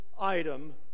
item